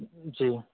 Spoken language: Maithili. जी